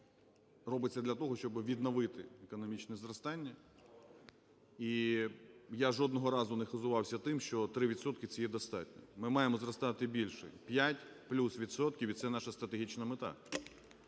робиться для того, щоби відновити економічне зростання. І я жодного разу не хизувався тим, що 3 відсотки – це є достатньо. Ми маємо зростати більше: 5 плюс відсотків, і це стратегічна мета.